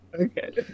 okay